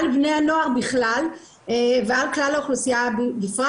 על בני הנוער בכלל, ועל כלל האוכלוסיה בפרט.